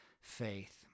faith